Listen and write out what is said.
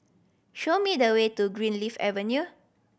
show me the way to Greenleaf Avenue